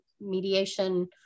mediation